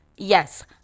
Yes